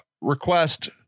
request